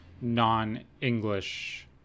non-english